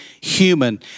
human